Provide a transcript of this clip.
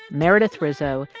meredith rizzo,